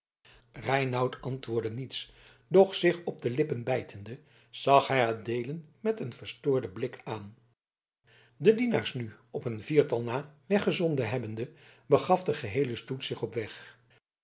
reinout antwoordde niets doch zich op de lippen bijtende zag hij adeelen met een verstoorden blik aan de dienaars nu op een viertal na weggezonden hebbende begaf de geheele stoet zich op weg